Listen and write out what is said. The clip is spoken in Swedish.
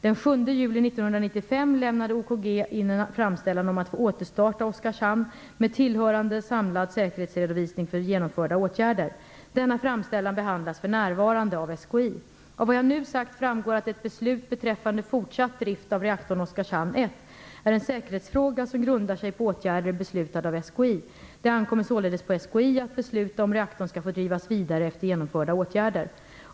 Den 7 juli 1995 lämnade OKG AB in en framställan om att få återstarta Oskarshamn 1, med tillhörande, samlad säkerhetsredovisning för genomförda åtgärder. Denna framställan behandlas för närvarande av SKI. Av vad jag nu sagt framgår att ett beslut beträffande fortsatt drift av reaktorn Oskarshamn 1 är en säkerhetsfråga som grundar sig på åtgärder beslutade av SKI. Det ankommer således på SKI att besluta om reaktorn skall få drivas vidare efter genomförda åtgärder.